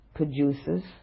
produces